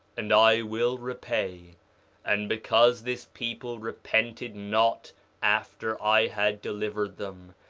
and i will repay and because this people repented not after i had delivered them,